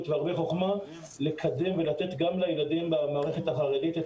והרבה חוכמה אפשר לקדם ולתת גם לילדים במערכת החרדית את